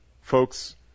folks